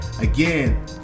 Again